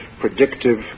predictive